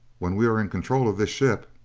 when we are in control of this ship.